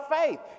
faith